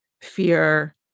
fear